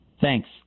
Thanks